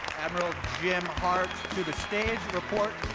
admiral jim hart to the stage report